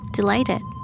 Delighted